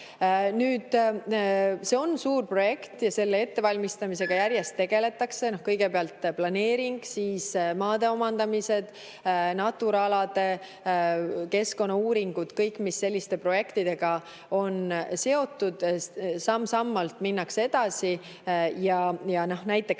See on suur projekt ja selle ettevalmistamisega järjest tegeldakse. Kõigepealt planeering, siis maade omandamine ja Natura alade keskkonnauuringud – kõik, mis selliste projektidega on seotud. Samm-sammult minnakse edasi. Näiteks